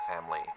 family